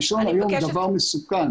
הקישון היום הוא דבר מסוכן.